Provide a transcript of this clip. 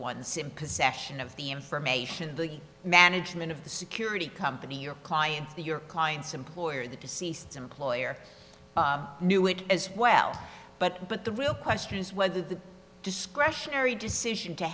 ones it possession of the information the management of the security company your clients the your client's employer the deceased employer knew it as well but but the real question is whether the discretionary